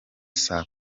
saa